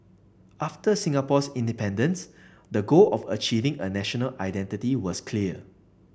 after Singapore's independence the goal of achieving a national identity was clear